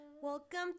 Welcome